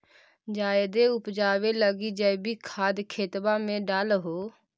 जायदे उपजाबे लगी जैवीक खाद खेतबा मे डाल हो?